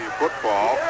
football